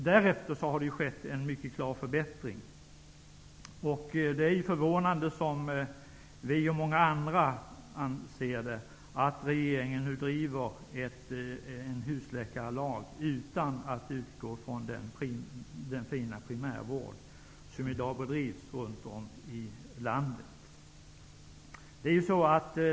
Därefter har det skett en mycket klar förbättring. Det är förvånande, som vi och många andra anser, att regeringen nu driver en husläkarlag utan att utgå från den fina primärvård som i dag finns runt om i landet.